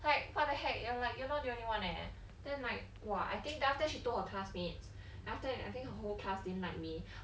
like what the heck you like you're not the only one eh then like !wah! I think then after she told her classmate and then after that I think her whole class didn't like me